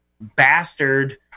bastard